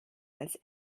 als